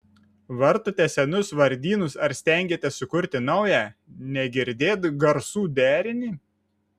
vartote senus vardynus ar stengiatės sukurti naują negirdėt garsų derinį